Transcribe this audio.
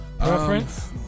Reference